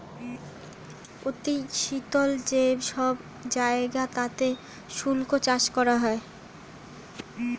অতি শীতল যে সব জায়গা তাতে শুষ্ক চাষ করা হয়